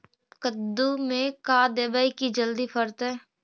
कददु मे का देबै की जल्दी फरतै?